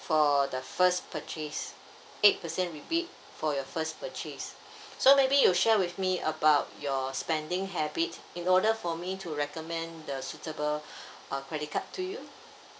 for the first purchase eight percent rebate for your first purchase so maybe you share with me about your spending habits in order for me to recommend the suitable a credit card to you